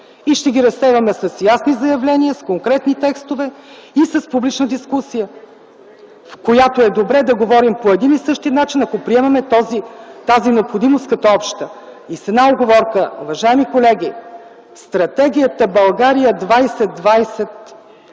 Ще ги разсейваме с ясни заявления, с конкретни текстове и с публична дискусия, в която е добре да говорим по един и същи начин, ако приемаме тази необходимост като обща. И с една уговорка: уважаеми колеги, Стратегията България 2020